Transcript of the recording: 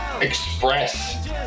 express